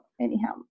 Anyhow